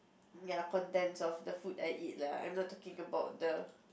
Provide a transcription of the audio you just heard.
ya contents of the food I eat lah I'm not talking about the